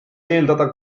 eeldada